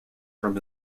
from